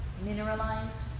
Mineralized